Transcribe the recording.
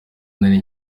nari